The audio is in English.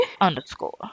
underscore